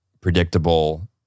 predictable